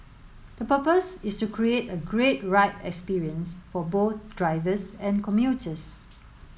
the purpose is to create a great ride experience for both drivers and commuters